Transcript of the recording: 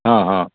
हँ हँ